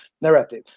narrative